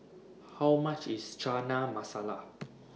How much IS Chana Masala